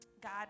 God